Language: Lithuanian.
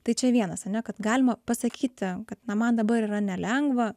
tai čia vienas ane kad galima pasakyti kad na man dabar yra nelengva